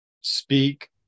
speak